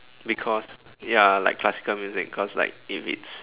because ya like classical music cause like if it's